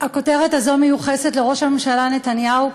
הכותרת הזאת מיוחסת לראש הממשלה נתניהו,